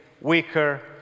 weaker